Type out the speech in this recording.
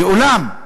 ואולם,